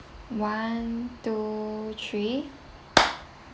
one two three